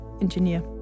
Engineer